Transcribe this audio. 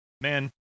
man